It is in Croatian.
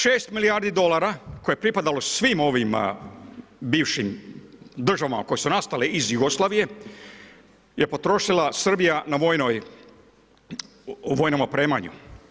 6 milijardi dolara, koje je pripadalo svim ovim, bivšim državama koje su nastale iz Jugoslavije je potrošila Srbija na vojnom opremanju.